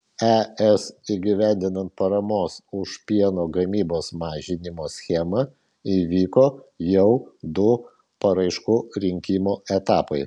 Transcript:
es įgyvendinant paramos už pieno gamybos mažinimą schemą įvyko jau du paraiškų rinkimo etapai